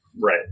Right